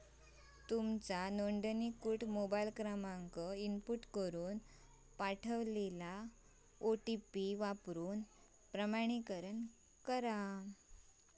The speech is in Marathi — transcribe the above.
तुमचो नोंदणीकृत मोबाईल क्रमांक इनपुट करून पाठवलेलो ओ.टी.पी वापरून प्रमाणीकरण करा